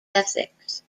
ethics